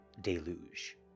Deluge